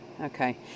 Okay